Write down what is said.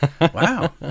Wow